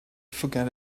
forget